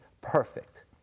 perfect